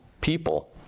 people